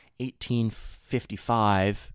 1855